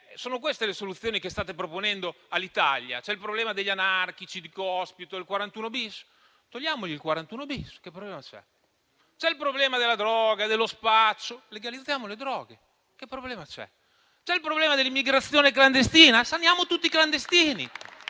Sono queste le soluzioni che state proponendo all'Italia. C'è il problema degli anarchici, di Cospito, del 41-*bis*? Togliamogli il 41-*bis*, che problema c'è? C'è il problema della droga e dello spaccio? Legalizziamo le droghe, che problema c'è? C'è il problema dell'immigrazione clandestina? Saniamo tutti i clandestini,